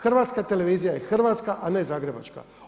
Hrvatska televizija je hrvatska a ne zagrebačka.